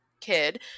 kid